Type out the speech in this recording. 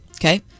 Okay